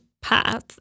path